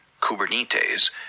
kubernetes